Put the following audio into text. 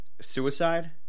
Suicide